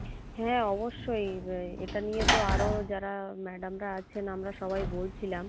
হ্যাঁ অবশ্যই এটা নিয়ে তো আরও যারা ম্যাডামরা আছেন আমরা সবাই বলছিলাম